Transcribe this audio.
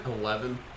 Eleven